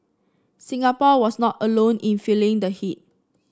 Singapore was not alone in feeling the heat